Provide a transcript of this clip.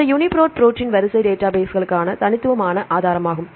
இந்த UniProt protein வரிசை டேட்டாபேஸ்களுக்கான தனித்துவமான ஆதாரமாகும்